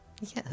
Yes